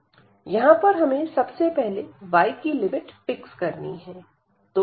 यहां पर हमें सबसे पहलेy की लिमिट फिक्स करनी है